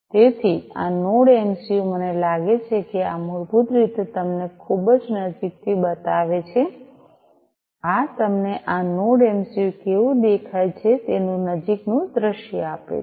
તેથી આ node MCU મને લાગે છે કે આ મૂળભૂત રીતે તમને ખૂબ જ નજીકથી બતાવે છે આ તમને આ નોડ એમસીયુ કેવું દેખાય છે તેનું નજીકનું દૃશ્ય આપે છે